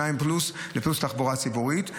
2 פלוס ולתחבורה ציבורית,